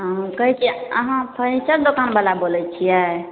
हँ कहै छियै अहाँ फर्नीचर दोकान बला बोलै छियै